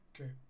Okay